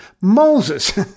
Moses